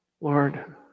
Lord